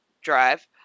drive